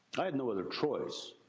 i had no other choice.